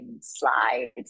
slides